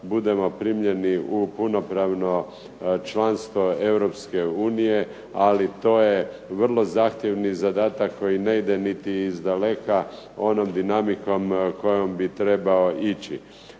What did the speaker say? budemo primljeni u punopravno članstvo Europske unije ali to je vrlo zahtjevni zadatak koji ne ide niti iz daleka onom dinamikom kojom bi trebao ići.